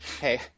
Hey